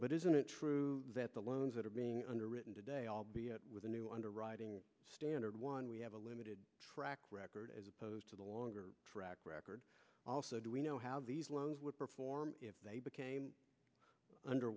but isn't it true that the loans that are being underwritten today albeit with a new underwriting standard one we have a limited track record as opposed to the longer track record also do we know how these loans would perform if they became under